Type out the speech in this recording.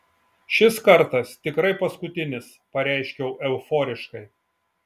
šis kartas tikrai paskutinis pareiškiau euforiškai